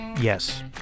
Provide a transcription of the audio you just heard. yes